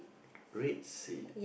red seat